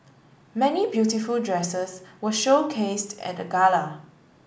many beautiful dresses were showcased at the gala